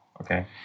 Okay